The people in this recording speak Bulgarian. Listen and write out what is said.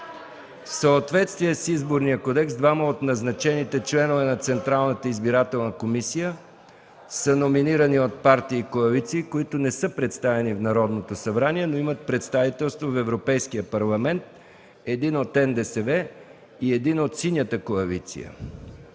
В съответствие с Изборния кодекс двама от назначените членове на ЦИК са номинирани от партии и коалиции, които не са представени в Народното събрание, но имат представителство в Европейския парламент – един от НДСВ и един от „Синята коалиция”.